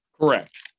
correct